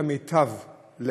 את המיטב,